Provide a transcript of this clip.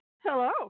Hello